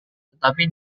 tetapi